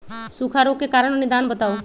सूखा रोग के कारण और निदान बताऊ?